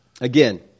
again